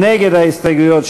נגד ההסתייגויות,